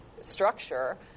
structure